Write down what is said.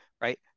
right